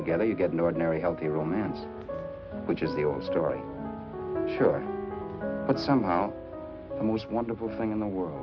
together you get an ordinary healthy romance which is the old story sure but somehow the most wonderful thing in the world